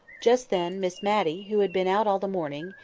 just then miss matty, who had been out all the morning,